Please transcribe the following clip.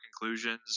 conclusions